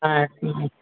হ্যাঁ একটু